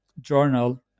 Journal